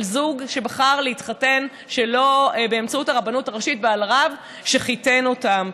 על זוג שבחר להתחתן שלא באמצעות הרבנות הראשית ועל רב שחיתן אותם.